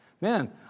Man